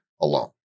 alone